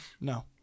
No